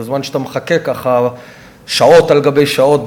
בזמן שאתה מחכה שעות על גבי שעות,